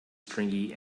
stringy